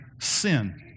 sin